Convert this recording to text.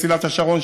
מסילת השרון,